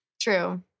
True